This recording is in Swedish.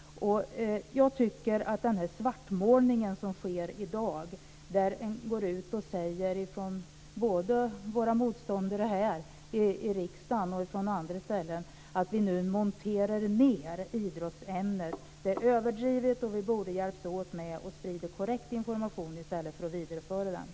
Jag tycker att den svartmålning som sker i dag av både våra motståndare här i riksdagen och från andra håll, att vi nu monterar ned idrottsämnet, är överdriven. Vi borde hjälpas åt att sprida korrekt information i stället för att vidareföra detta.